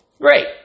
great